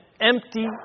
empty